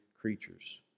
creatures